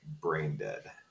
brain-dead